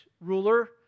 ruler